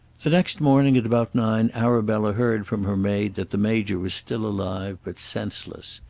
the next morning at about nine arabella heard from her maid that the major was still alive but senseless.